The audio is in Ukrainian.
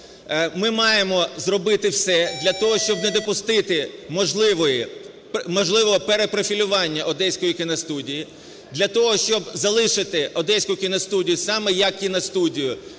Ми маємо зробити все для того, щоб не допустити можливого перепрофілювання Одеської кіностудії для того, щоб залишити Одеську кіностудію саме як кіностудію